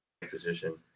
position